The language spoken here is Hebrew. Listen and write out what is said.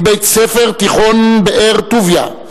מבית-ספר תיכון באר-טוביה,